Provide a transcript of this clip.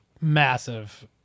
massive